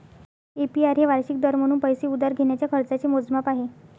APR हे वार्षिक दर म्हणून पैसे उधार घेण्याच्या खर्चाचे मोजमाप आहे